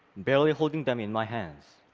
barely holding them in my hands.